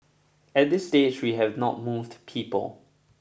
at this stage we have not moved people